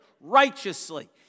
righteously